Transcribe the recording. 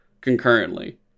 concurrently